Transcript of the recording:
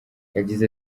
yagize